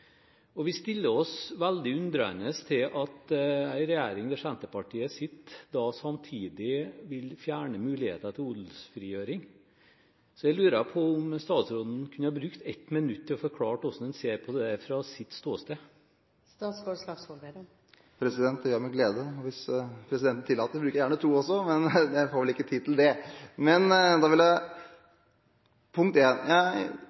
salg. Vi stiller oss veldig undrende til at en regjering der Senterpartiet sitter, samtidig vil fjerne muligheten til odelsfrigjøring. Så jeg lurer på om statsråden kunne bruke 1 minutt til å forklare hvordan han ser på dette fra sitt ståsted. Det gjør jeg med glede, og hvis presidenten tillater det, bruker jeg gjerne 2 også, men jeg får vel ikke tid til det. Punkt 1: Jeg håper og tror at endringen i jordloven § 12 vil